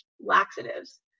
laxatives